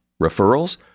Referrals